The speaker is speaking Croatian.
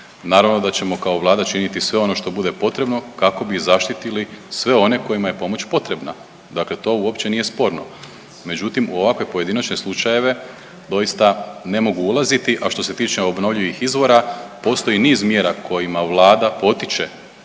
naravno da ćemo kao Vlada činiti sve ono što bude potrebno kako bi zaštitili sve one kojima je pomoć potrebna, dakle to uopće nije sporno. Međutim, u ovakve pojedinačne slučajeve doista ne mogu ulaziti. A što se tiče obnovljivih izvora, postoji niz mjera kojima Vlada potiče